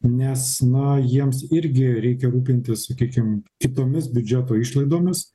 nes na jiems irgi reikia rūpintis sakykim kitomis biudžeto išlaidomis